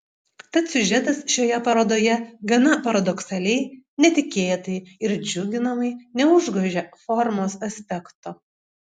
tad siužetas šioje parodoje gana paradoksaliai netikėtai ir džiuginamai neužgožia formos aspekto